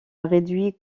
réduit